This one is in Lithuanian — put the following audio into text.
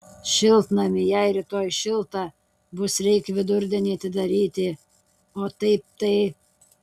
šiltnamį jei rytoj šilta bus reik vidurdienį atidaryti o taip tai